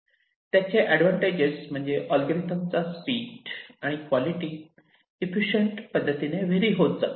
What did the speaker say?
त्याचे एडवांटेज म्हणजे अल्गोरिदम चा स्पीड आणि क्वालिटी इफिशियंट पद्धतीने व्हेरी होतं जातो